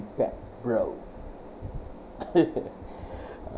bad bro